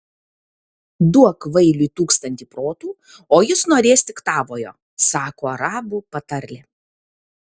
duok kvailiui tūkstantį protų o jis norės tik tavojo sako arabų patarlė